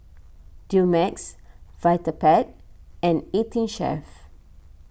Dumex Vitapet and eighteen Chef